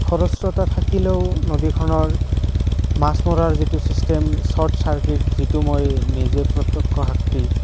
খৰস্ৰোতা থাকিলেও নদীখনৰ মাছ মৰাৰ যিটো ছিষ্টেম শ্বৰ্ট চাৰ্কিট যিটো মই নিজেই প্ৰত্যক্ষ সাক্ষী